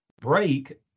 break